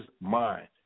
mind